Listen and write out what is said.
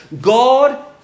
God